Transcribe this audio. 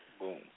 Boom